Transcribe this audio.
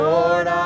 Lord